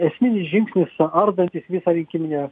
esminis žingsnis suardantis visą rinkiminę